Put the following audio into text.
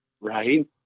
Right